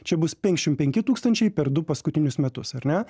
čia bus penkiasdešim penki tūkstančiai per du paskutinius metus ar ne